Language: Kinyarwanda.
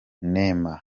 neema